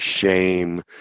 shame